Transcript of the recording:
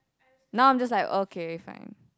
now I'm just like okay fine